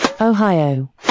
Ohio